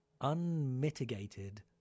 unmitigated